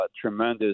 tremendous